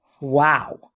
Wow